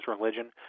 religion